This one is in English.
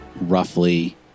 roughly